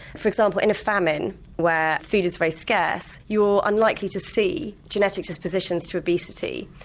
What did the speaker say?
for example in a famine where food is very scarce you're unlikely to see genetic dispositions to obesity.